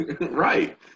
Right